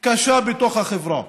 קשה בתוך החברה.